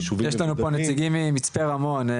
יש לנו פה נציגים ממצפה רמון.